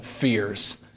fears